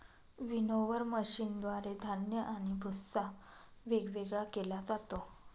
winnower मशीनद्वारे धान्य आणि भुस्सा वेगवेगळा केला जातो